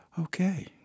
okay